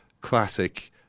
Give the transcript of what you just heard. classic